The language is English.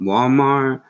Walmart